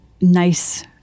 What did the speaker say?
nice